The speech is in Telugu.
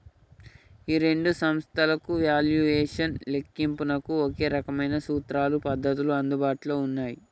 ఈ రెండు సంస్థలకు వాల్యుయేషన్ లెక్కింపునకు ఒకే రకమైన సూత్రాలు పద్ధతులు అందుబాటులో ఉన్నాయి